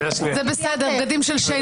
לא, זה לא כזה יפה, זה בסדר, בגדים של שיין.